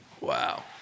wow